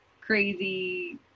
crazy